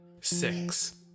six